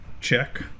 check